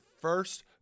first